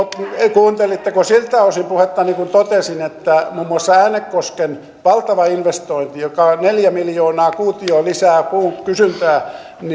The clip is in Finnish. kuuntelitteko siltä osin puhettani kun totesin että muun muassa äänekosken valtava investointi joka neljä miljoonaa kuutiota lisää puun kysyntää